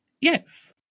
Yes